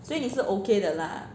所以你是 okay 的 lah